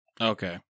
Okay